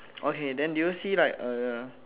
okay then do you see like uh